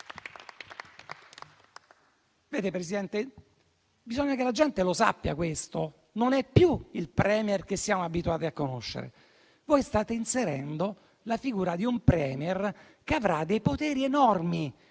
Presidente, bisogna che la gente questo lo sappia, non è più il *Premier* che siamo abituati a conoscere. Voi state inserendo la figura di un *Premier* che avrà dei poteri enormi,